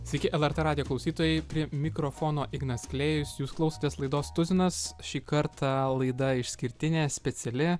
sveiki lrt radijo klausytojai prie mikrofono ignas klėjus jūs klausotės laidos tuzinas šį kartą laida išskirtinė speciali